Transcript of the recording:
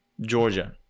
Georgia